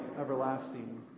everlasting